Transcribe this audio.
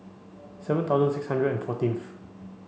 seven thousand six hundred and fourteenth